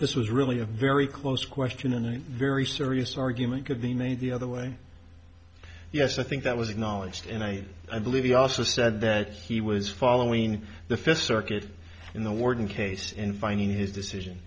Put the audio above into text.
this was really a very close question and a very serious argument could be made the other way yes i think that was acknowledged and i i believe he also said that he was following the fifth circuit in the warden case and finding his decision